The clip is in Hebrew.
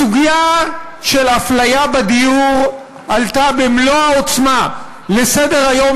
הסוגיה של אפליה בדיור עלתה במלוא העוצמה לסדר-היום